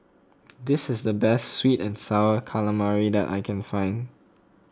this is the best Sweet and Sour Calamari that I can find